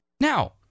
Now